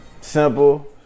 simple